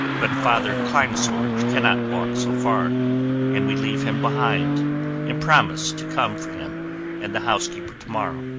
but father kleinsorge cannot walk so far and we leave him behind and promise to come for him and the housekeeper tomorrow.